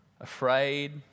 Afraid